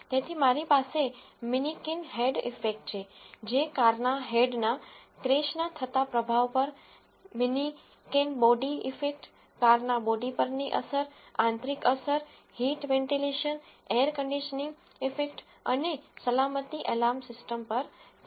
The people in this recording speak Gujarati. તેથી મારી પાસે મનીકિન હેડ ઇફેક્ટ છે જે કારના હેડના ક્રેશના થતાપ્રભાવ પર મેનિકિન બોડી ઇફેક્ટ કારના બોડી પરની અસર આંતરિક અસર heat ventilation air conditioning effect અને સલામતી એલાર્મ સિસ્ટમ પર છે